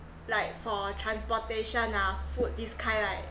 like for transportation ah food this kind right